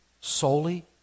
Solely